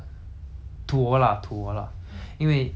motivation 是我